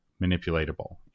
manipulatable